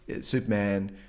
Superman